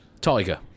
Tiger